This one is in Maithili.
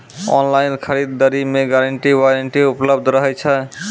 ऑनलाइन खरीद दरी मे गारंटी वारंटी उपलब्ध रहे छै?